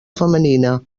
femenina